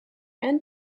and